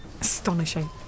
Astonishing